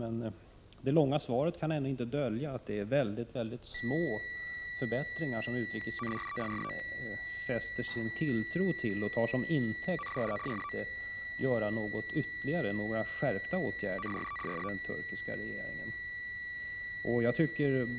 Men det långa svaret kan ändå inte dölja att det är väldigt små förbättringar som utrikesministern fäster sin tilltro till och tar till intäkt för att inte göra någonting ytterligare och vidta några skärpta åtgärder mot den turkiska regeringen.